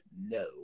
No